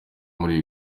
muri